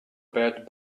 bad